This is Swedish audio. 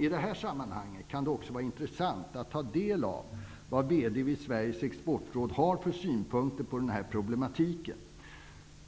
I det här sammanhanget kan det också vara intressant att ta del av de synpunkter på den här problematiken som